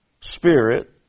spirit